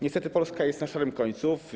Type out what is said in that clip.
Niestety Polska jest na szarym końcu.